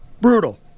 Brutal